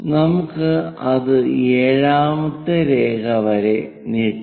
നമുക്ക് അത് ഏഴാമത്തെ രേഖ വരെ നീട്ടാം